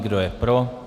Kdo je pro?